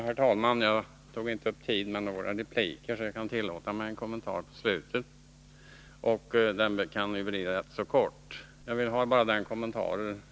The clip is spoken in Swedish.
Herr talman! Jag tog inte upp tiden med några repliker, så jag kan tillåta mig en kommentar på slutet, och den kan bli rätt kort.